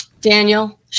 Daniel